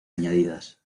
añadidas